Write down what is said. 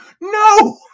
No